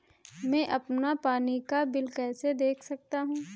मैं अपना पानी का बिल कैसे देख सकता हूँ?